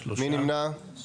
3 נמנעים,